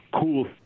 cool